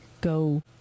go